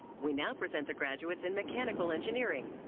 we now present the graduates in mechanical engineering.